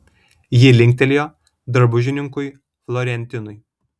ji linktelėjo drabužininkui florentinui